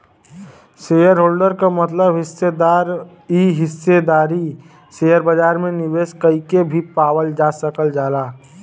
shareholder क मतलब हिस्सेदार इ हिस्सेदारी शेयर बाजार में निवेश कइके भी पावल जा सकल जाला